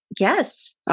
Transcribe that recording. Yes